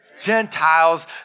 Gentiles